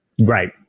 Right